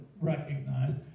recognized